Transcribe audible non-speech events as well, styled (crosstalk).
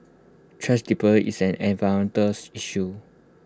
thrash dispose is an (unintelligible) issue